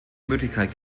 möglichkeit